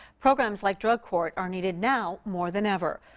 programs, like drug court, are needed now more than ever.